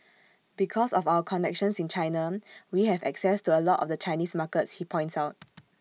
because of our connections in China we have access to A lot of the Chinese markets he points out